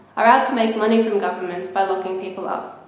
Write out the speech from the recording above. are out to make money from governments by locking people up,